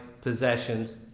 possessions